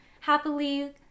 happily